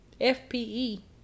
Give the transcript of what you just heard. F-P-E